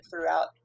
throughout